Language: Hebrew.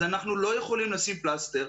אז אנחנו לא יכולים לשים פלסטר.